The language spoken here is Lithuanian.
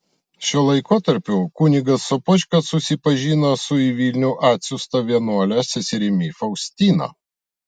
šiuo laikotarpiu kunigas sopočka susipažino su į vilnių atsiųsta vienuole seserimi faustina